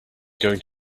going